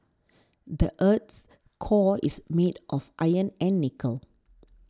the earth's core is made of iron and nickel